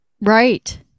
Right